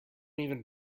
even